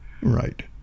right